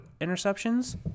interceptions